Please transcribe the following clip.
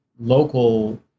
local